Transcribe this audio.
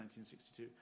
1962